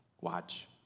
Watch